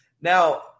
Now